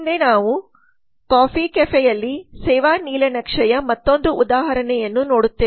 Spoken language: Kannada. ಮುಂದೆ ನಾವು ಕಾಫಿ ಕೆಫೆಯಲ್ಲಿ ಸೇವಾ ನೀಲನಕ್ಷೆಯ ಮತ್ತೊಂದು ಉದಾಹರಣೆಯನ್ನು ನೋಡುತ್ತೇವೆ